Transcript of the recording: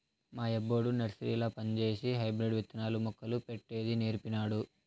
మా యబ్బొడు నర్సరీల పంజేసి హైబ్రిడ్ విత్తనాలు, మొక్కలు పెట్టేది నీర్పినాడు